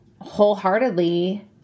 wholeheartedly